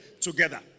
together